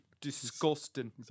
Disgusting